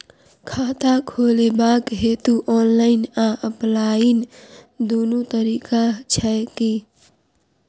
खाता खोलेबाक हेतु ऑनलाइन आ ऑफलाइन दुनू तरीका छै की?